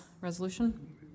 resolution